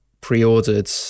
pre-ordered